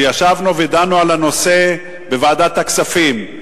שישבנו ודנו על הנושא בוועדת הכספים,